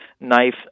knife